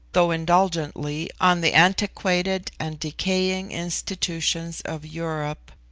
though indulgently, on the antiquated and decaying institutions of europe,